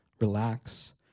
relax